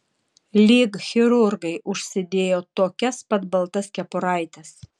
lyg chirurgai užsidėjo tokias pat baltas kepuraites